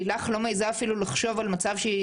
לילך לא מעיזה אפילו לחשוב על מצב שהיא